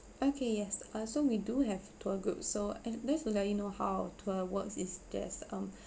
okay yes uh so we do have tour group so and just to let you know how our tour works is there um